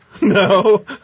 No